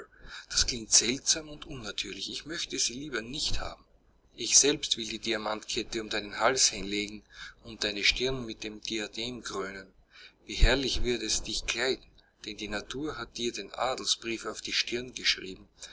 das klingt seltsam und unnatürlich ich möchte sie lieber nicht haben ich selbst will die diamantenkette um deinen hals legen und deine stirn mit dem diadem krönen wie herrlich wird es dich kleiden denn die natur hat dir den adelsbrief auf die stirn geschrieben